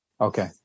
Okay